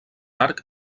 arc